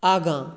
आगाँ